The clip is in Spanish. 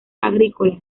agrícola